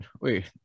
wait